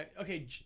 Okay